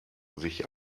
sich